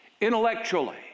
intellectually